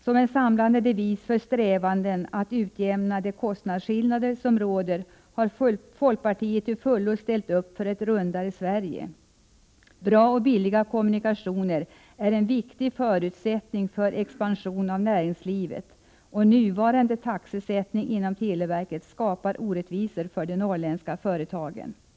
Som en samlande devis för strävandena att utjämna de kostnadsskillnader som råder har folkpartiet till fullo ställt upp för ett rundare Sverige. Bra och billiga kommunikationer är en viktig förutsättning för expansion av näringslivet. Televerkets nuvarande taxesättning skapar orättvisor för de norrländska företagen. Herr talman!